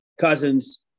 Cousins